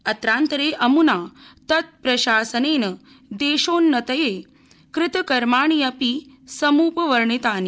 अत्रान्तरे अम्ना तत्प्रशासनेन देशोन्नतये कृतकर्माणि अपि सम्पवर्णितानि